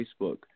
Facebook